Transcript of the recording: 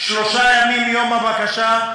שלושה ימים מיום הבקשה,